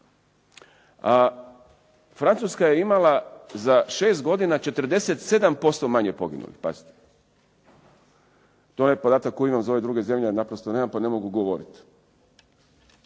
A Francuska je ima za 6 godina 47% manje poginuli, pazite. To je podatak koji imam za ove druge zemlje, jer naprosto nemam pa ne mogu govoriti.